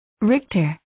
Richter